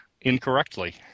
incorrectly